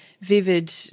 vivid